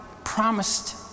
Promised